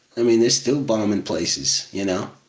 i mean they're still bombing places, you know?